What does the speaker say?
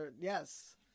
Yes